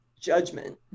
judgment